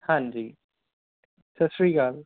ਹਾਂਜੀ ਸਤਿ ਸ਼੍ਰੀ ਅਕਾਲ